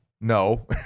no